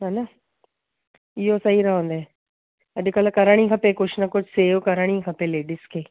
हा न इहो सही रहंदव अॼकल्ह करण ई खपे कुझु ना कुझु सेव करण ई खपे लेडीस खे